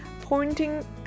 pointing